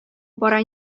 бара